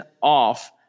off